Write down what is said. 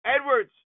Edwards